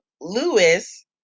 Lewis